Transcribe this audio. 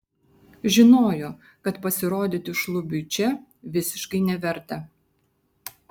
žinojo kad pasirodyti šlubiui čia visiškai neverta